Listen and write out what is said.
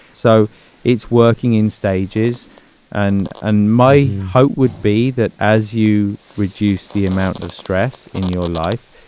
so it's working in stages and and my hope would be that as you reduce the amount of stress in your life,